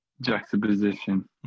juxtaposition